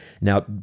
Now